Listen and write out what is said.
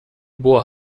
boa